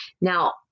now